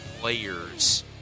players